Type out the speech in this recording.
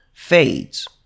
fades